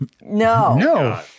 No